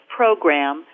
program